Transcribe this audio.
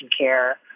care